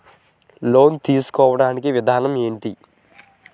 Loan తీసుకోడానికి విధానం ఏంటి?